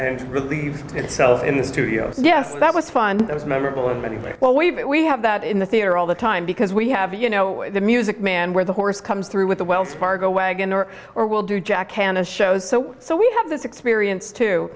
and relieved itself in the studio so yes that was fun it was memorable and well we we have that in the theater all the time because we have you know the music man where the horse comes through with the wells fargo wagon or or will do jack hanna shows so so we have this experience too